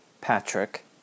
Patrick